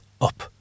up